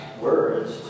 words